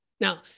Now